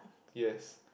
yes